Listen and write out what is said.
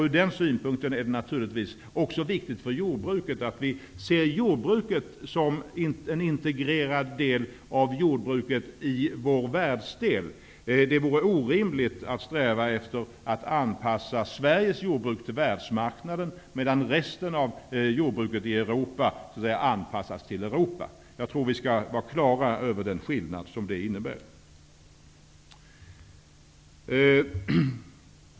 Ur den synpunkten är det naturligtvis också viktigt för jordbruket att vi ser jordbruket som en integrerad del av jordbruket i vår världsdel. Det vore orimligt att sträva efter att anpassa Sveriges jordbruk till världsmarknaden, medan resten av jordbruket i Europa anpassades till Europa. Vi skall vara på det klara med den skillnad som detta innebär.